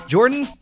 Jordan